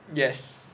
yes